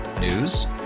News